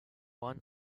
one